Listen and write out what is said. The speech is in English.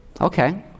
Okay